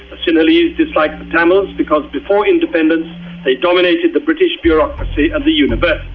sinhalese dislike the tamils because before independence they dominated the british bureaucracy and the universities.